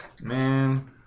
Man